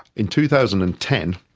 in two thousand and ten,